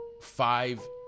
five